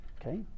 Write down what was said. Okay